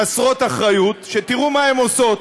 חסרות אחריות, ותראו מה הן עושות: